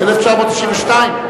ב-1992?